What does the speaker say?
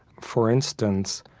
for instance,